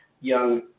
young